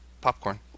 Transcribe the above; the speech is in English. Popcorn